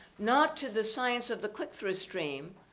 not to the science of the click-through stream,